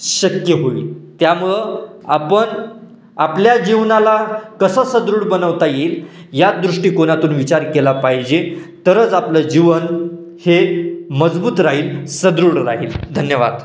शक्य होईल त्यामुळं आपण आपल्या जीवनाला कसं सुदृढ बनवता येईल याच दृष्टीकोनातून विचार केला पाहिजे तरच आपलं जीवन हे मजबूत राहील सुदृढ राहील धन्यवाद